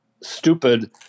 stupid